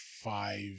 five